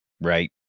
Right